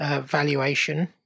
valuation